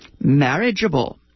marriageable